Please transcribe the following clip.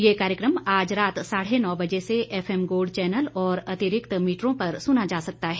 यह कार्यक्रम आज रात साढे नौ बजे से एफएम गोल्ड चैनल और अतिरिक्त मीटरों पर सुना जा सकता है